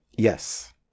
Yes